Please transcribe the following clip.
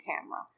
camera